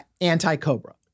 anti-cobra